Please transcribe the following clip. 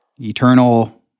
eternal